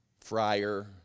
friar